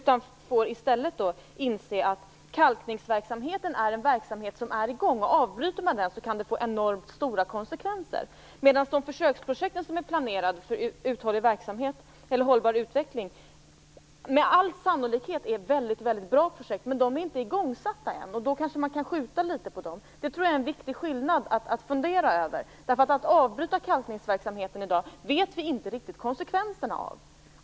Jag får i stället inse att kalkningsverksamheten är i gång och att om man avbryter den, kan det få enormt stora konsekvenser. De försöksprojekt för hållbar utveckling som är planerade är med all sannolikhet väldigt bra, men de är inte ännu igångsatta. Kanske man kan skjuta litet på dem. Jag tror att detta är en viktig skillnad att fundera över. Vi känner inte riktigt till konsekvenserna av att avbryta kalkningsverksamheten i dag.